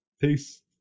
Peace